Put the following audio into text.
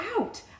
out